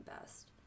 best